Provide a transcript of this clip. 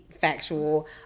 factual